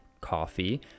coffee